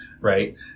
Right